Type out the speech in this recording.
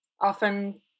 Often